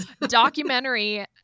documentary